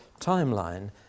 timeline